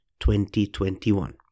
2021